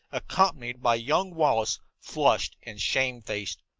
accompanied by young wallace, flushed and shamefaced.